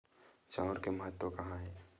चांउर के महत्व कहां हे?